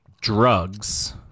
drugs